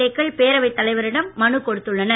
ஏ க்கள் பேரவைத் தலைவரிடம் மனு கொடுத்துள்ளனர்